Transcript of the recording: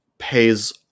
Pays